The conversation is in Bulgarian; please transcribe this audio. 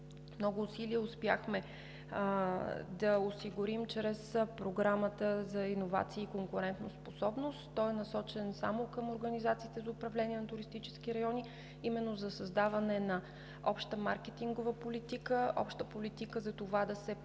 много усилия успяхме да осигурим чрез Програмата за иновации и конкурентоспособност. Той е насочен само към организациите за управление на туристически райони именно за създаване на обща маркетингова политика, обща политика за това да се промотират